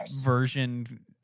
version